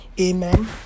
Amen